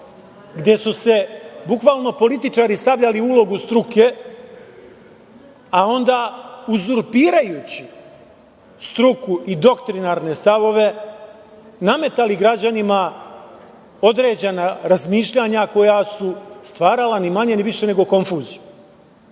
gde su se bukvalno političari stavljali u ulogu struke, a onda, uzurpirajući struku i doktrinarne stavove, nametali građanima određena razmišljanja, koja su stvarala ni manje ni više nego konfuziju. Mi